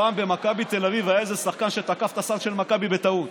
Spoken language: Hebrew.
פעם במכבי תל אביב היה איזה שחקן שתקף את הסל של מכבי בטעות,